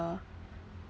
uh